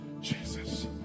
Jesus